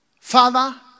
Father